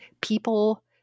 people